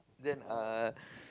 then uh